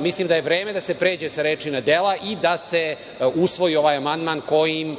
mislim da je vreme da se pređe sa reči na dela i da se usvoji ovaj amandman kojim